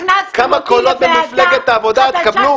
כמה קולות ממפלגת העבודה תקבלו?